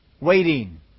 Waiting